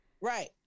right